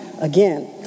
again